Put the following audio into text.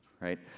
right